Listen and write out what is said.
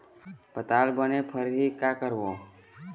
पताल बने फरही का करबो?